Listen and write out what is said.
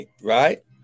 right